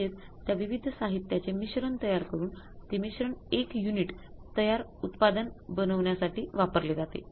म्हणजेच त्या विविध साहित्याचे मिश्रण तयार करून ते मिश्रण १ युनिट तयार उत्पादन बनवण्यासाठी वापरावे लागते